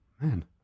Man